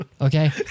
okay